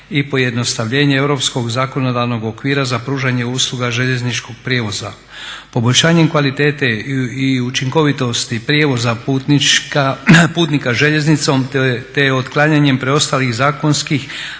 i pojednostavljenje europskog zakonodavnog okvira za pružanje usluga željezničkog prijevoza. Poboljšanjem kvalitete i učinkovitosti putnika željeznicom te otklanjanjem preostalih zakonskih,